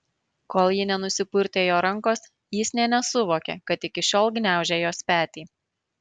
kol ji nenusipurtė jo rankos jis nė nesuvokė kad iki šiol gniaužė jos petį